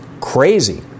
Crazy